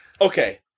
Okay